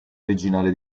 originale